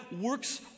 works